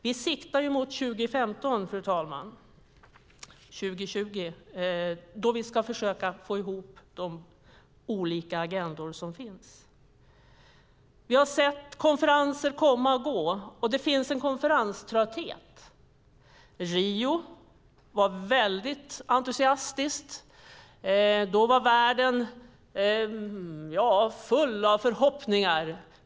Vi siktar mot år 2015 och 2020, fru talman, då vi ska försöka få ihop de olika agendor som finns. Vi har sett konferenser komma och gå. Det finns en konferenströtthet. I Rio var det entusiastiskt. Då var världen full av förhoppningar.